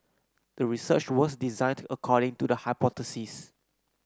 the research was designed according to the hypothesis